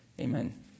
Amen